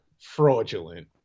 Fraudulent